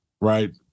right